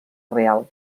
real